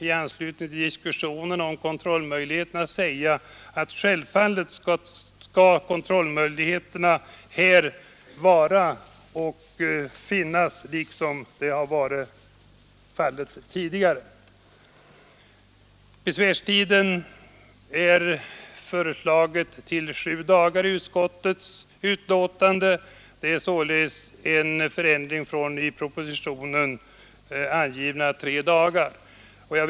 I anslutning till diskussionen om kontrollmöjligheterna kan framhållas att de självfallet skall finnas och utövas även i fortsättningen. Utskottet föreslår att besvärstiden beträffande de kommunala valen bestäms till sju dagar. Det innebär en förändring från den i propositionen föreslagna besvärstiden tre dagar.